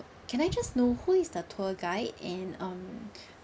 can I just know who is the tour guide and um